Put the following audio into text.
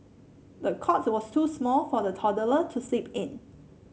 the cot was too small for the toddler to sleep in